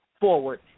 forward